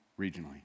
regionally